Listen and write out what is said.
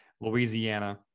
Louisiana